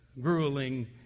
grueling